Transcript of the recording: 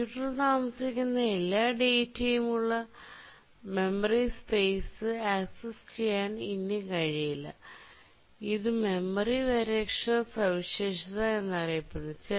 കമ്പ്യൂട്ടറിൽ താമസിക്കുന്ന എല്ലാ ഡാറ്റയും ഉള്ള മെമ്മറി സ്പെയ്സ് ആക്സസ്സു ചെയ്യാൻ ഇതിന് കഴിയില്ല ഇത് മെമ്മറി പരിരക്ഷണ സവിശേഷത എന്നറിയപ്പെടുന്നു